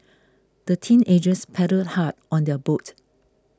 the teenagers paddled hard on their boat